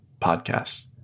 podcasts